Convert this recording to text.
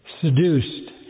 seduced